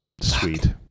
sweet